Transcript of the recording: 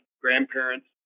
grandparents